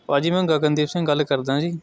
ਭਾਅ ਜੀ ਮੈਂ ਗਗਨਦੀਪ ਸਿੰਘ ਗੱਲ ਕਰਦਾ ਜੀ